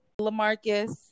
Lamarcus